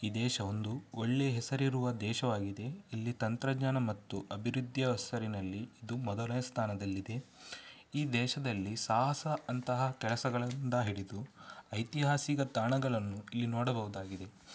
ಈ ದೇಶ ಒಂದು ಒಳ್ಳೆಯ ಹೆಸರಿರುವ ದೇಶವಾಗಿದೆ ಇಲ್ಲಿ ತಂತ್ರಜ್ಞಾನ ಮತ್ತು ಅಭಿವೃದ್ಧಿಯ ಹೆಸರಿನಲ್ಲಿ ಇದು ಮೊದಲನೇ ಸ್ಥಾನದಲ್ಲಿದೆ ಈ ದೇಶದಲ್ಲಿ ಸಾಹಸ ಅಂತಹ ಕೆಲಸಗಳಿಂದ ಹಿಡಿದು ಐತಿಹಾಸಿಕ ತಾಣಗಳನ್ನು ಇಲ್ಲಿ ನೋಡಬಹುದಾಗಿದೆ